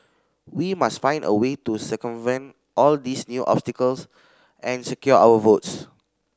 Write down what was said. we must find a way to circumvent all these new obstacles and secure our votes